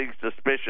suspicious